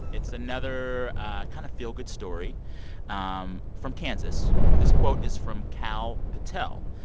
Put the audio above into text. it's another ah kind of feel-good story um from kansas. this quote is from kal patel.